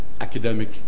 academic